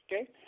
Okay